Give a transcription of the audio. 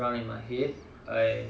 around in my head and